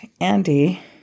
Andy